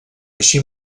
així